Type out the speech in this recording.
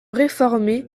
réformer